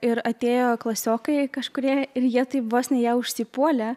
ir atėjo klasiokai kažkurie ir jie taip vos ne ją užsipuolė